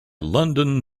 london